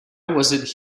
was